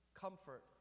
comfort